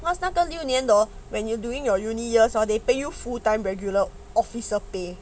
because 那个六年多 when you during your university years are they pay you full time regular officer pay